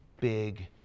big